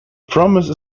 promise